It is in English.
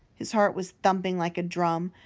his heart was thumping like a drum,